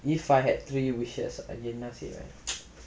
if I had three wishes ah